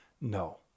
No